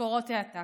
ומשכורות העתק.